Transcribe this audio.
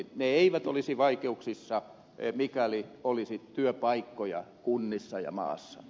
ne eivät olisi vaikeuksissa mikäli olisi työpaikkoja kunnissa ja maassa